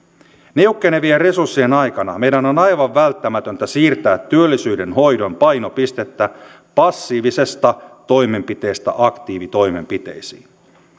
niukkenevien resurssien aikana meidän on aivan välttämätöntä siirtää työllisyyden hoidon painopistettä passiivisista toimenpiteistä aktiivitoimenpiteisiin